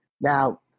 Now